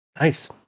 Nice